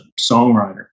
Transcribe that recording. songwriter